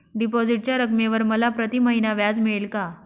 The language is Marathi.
डिपॉझिटच्या रकमेवर मला प्रतिमहिना व्याज मिळेल का?